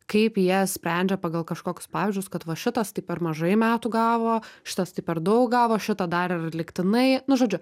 kaip jie sprendžia pagal kažkokius pavyzdžius kad va šitas tai per mažai metų gavo šitas tai per daug gavo šitą dar ir lygtinai nu žodžiu